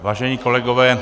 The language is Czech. Vážení kolegové.